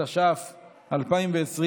התש"ף 2020,